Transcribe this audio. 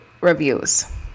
reviews